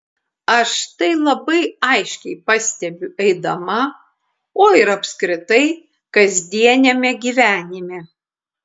aš tai labai aiškiai pastebiu eidama o ir apskritai kasdieniame gyvenime